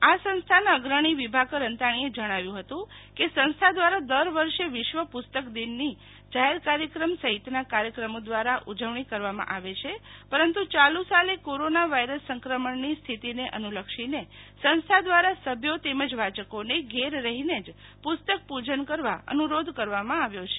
આ સંસ્થાના અગ્રણી વિભાકર અંતાણીએ જણાવ્યું હતું કે સંસ્થા દ્વારા દર વર્ષે વિશ્વ પુસ્તક દિન જાહેર કાર્યક્રમ સહિતના કાર્યક્રમો દ્વારા ઉજવવામાં આવે છે પરંતુ ચાલુ સાલે કોરોના વાયરસસંક્રમણની સ્થીતિને અનુલક્ષીને સંસ્થા દ્વારા સભ્યો તેમજ વાચકોને ઘેર રહીને જ પુસ્તક પૂજન કરવા અનુરોધ કરવામાં આવ્યો છે